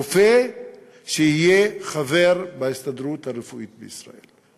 רופא שיהיה חבר בהסתדרות הרפואית בישראל.